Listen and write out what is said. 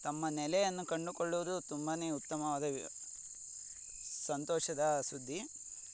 ತಮ್ಮ ನೆಲೆಯನ್ನು ಕಂಡುಕೊಳ್ಳುವುದು ತುಂಬಾ ಉತ್ತಮವಾದ ಸಂತೋಷದ ಸುದ್ದಿ